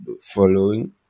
following